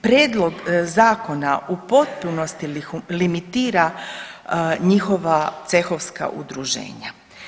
Prijedlog zakona u potpunosti limitira njihova cehovska udruženja.